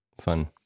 fun